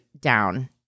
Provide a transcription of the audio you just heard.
down